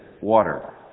water